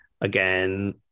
again